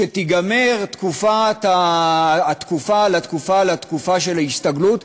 כשתיגמר התקופה של ההסתגלות,